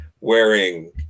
wearing